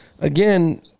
again